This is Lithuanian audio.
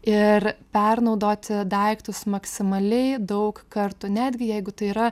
ir pernaudoti daiktus maksimaliai daug kartų netgi jeigu tai yra